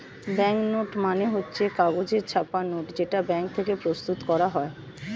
bank note মানে হচ্ছে কাগজে ছাপা নোট যেটা ব্যাঙ্ক থেকে প্রস্তুত করা হয়